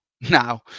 now